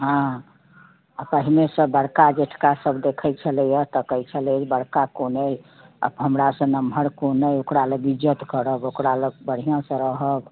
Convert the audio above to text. हँ पहिने सब बड़का जेठका सब देखैत छलैया तकैत छलैया ई बड़का कोन अइ हमरा से नमहर कोन अइ ओकरा लोक इज्जत करब ओकरा लग बढ़िआँ से रहब